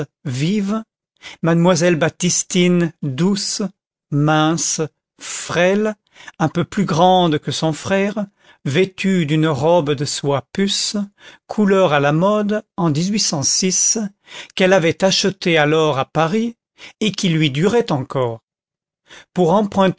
vive mademoiselle baptistine douce mince frêle un peu plus grande que son frère vêtue d'une robe de soie puce couleur à la mode en qu'elle avait achetée alors à paris et qui lui durait encore pour emprunter